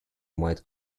might